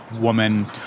woman